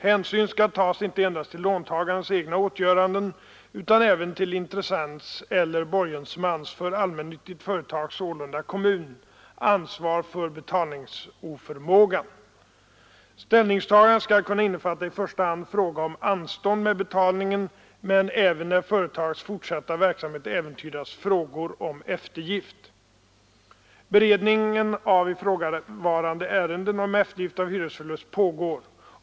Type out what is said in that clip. Hänsyn skall tas inte endast till låntagarens egna åtgöranden utan även till intressents eller borgensmans, för allmännyttigt företag sålunda till kommuns, ansvar för betalningsoförmågan. Ställningstagandet skall kunna innefatta i första hand fråga om anstånd med betalningen men även, när företagets fortsatta verksamhet äventyras, frågor om eftergift. Beredningen av ifrågavarande ärenden om eftergift av hyresförlustlån pågår.